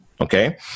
okay